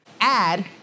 add